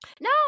No